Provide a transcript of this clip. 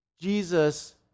Jesus